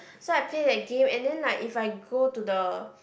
so I play that game and then like if I go to the